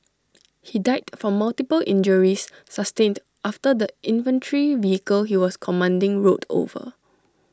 he died from multiple injuries sustained after the infantry vehicle he was commanding rolled over